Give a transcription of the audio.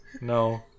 No